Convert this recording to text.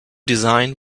designed